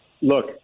look